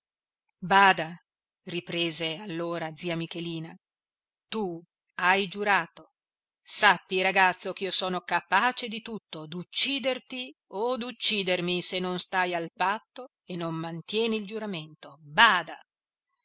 bada riprese allora zia michelina tu hai giurato sappi ragazzo ch'io sono capace di tutto d'ucciderti o d'uccidermi se non stai al patto e non mantieni il giuramento bada